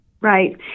Right